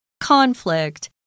Conflict